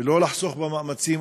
ולא לחסוך במשאבים